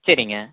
சரிங்க